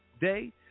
Day